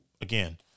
again